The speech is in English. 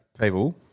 people